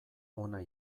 ona